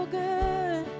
good